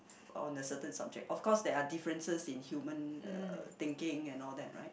on the certain subject of course there are differences in human uh thinking and all that right